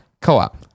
co-op